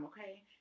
okay